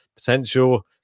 Potential